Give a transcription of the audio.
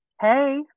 Hey